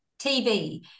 TV